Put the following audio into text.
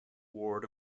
ward